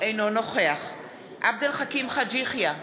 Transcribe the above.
אינו נוכח עבד אל חכים חאג' יחיא,